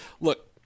Look